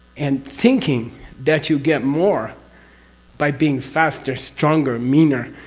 and thinking that you get more by being faster, stronger, meaner